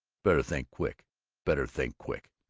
better think quick better think quick!